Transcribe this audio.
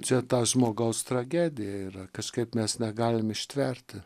čia ta žmogaus tragedija yra kažkaip mes negalim ištverti